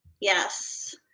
Yes